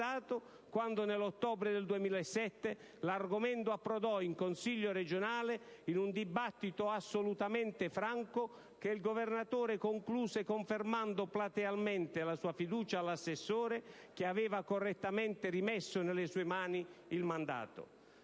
quando, nell'ottobre del 2007, l'argomento approdò in Consiglio regionale in un dibattito assolutamente franco che il Governatore concluse confermando platealmente la sua fiducia all'assessore, che aveva correttamente rimesso nelle sue mani il mandato.